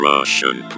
Russian